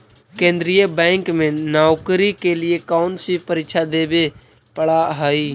केन्द्रीय बैंक में नौकरी के लिए कौन सी परीक्षा देवे पड़ा हई